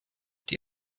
die